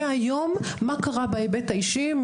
מה קרה בהיבט האישי,